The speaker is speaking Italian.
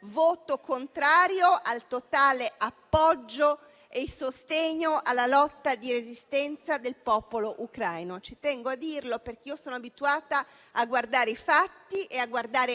voto contrario al totale appoggio e sostegno alla lotta di resistenza del popolo ucraino. Ci tengo a dirlo, perché sono abituata a guardare i fatti e